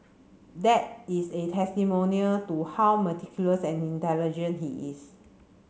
that is a testimonial to how meticulous and intelligent he is